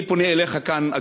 אני פונה אליך כאן,